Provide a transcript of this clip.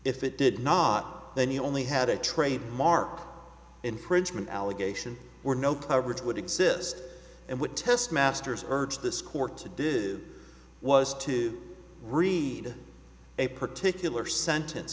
if it did not then you only had a trademark infringement allegation or no coverage would exist and would test masters urge this court to do was to read a particular sentence